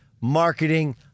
marketing